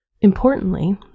Importantly